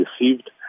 received